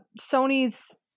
Sony's